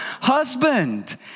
husband